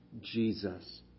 Jesus